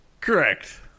Correct